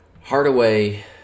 Hardaway